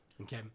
okay